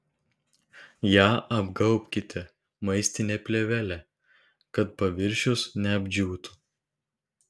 ją apgaubkite maistine plėvele kad paviršius neapdžiūtų